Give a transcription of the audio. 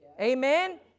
Amen